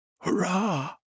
Hurrah